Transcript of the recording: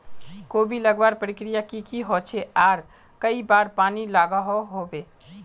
कोबी लगवार प्रक्रिया की की होचे आर कई बार पानी लागोहो होबे?